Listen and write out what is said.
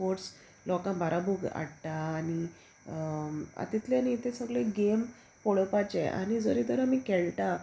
sports लोकांक बाराबोर हाडटा आनी हातींतल्यान ते सगळे गेम पळोवपाचे आनी जरी तर आमी खेळटा